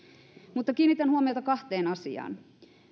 mutta kiinnitän huomiota kahteen asiaan